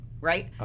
right